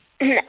No